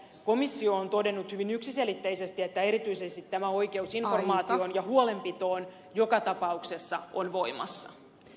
komissio on todennut hyvin yksiselitteisesti että erityisesti tämä oikeus informaatioon ja huolenpitoon joka tapauksessa on voimassa